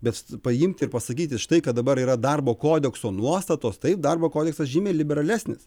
bet paimti ir pasakyti štai kad dabar yra darbo kodekso nuostatos taip darbo kodeksas žymiai liberalesnis